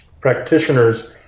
practitioners